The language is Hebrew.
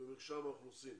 במרשם האוכלוסין.